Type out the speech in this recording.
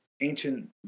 ancient